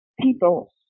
people